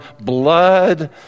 blood